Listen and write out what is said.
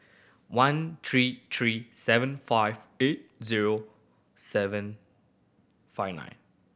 one three three seven five eight zero seven five nine